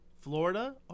Florida